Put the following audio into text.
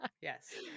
yes